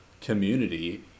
community